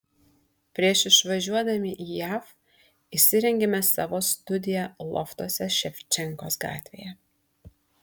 prieš išvažiuodami į jav įsirengėme savo studiją loftuose ševčenkos gatvėje